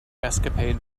escapade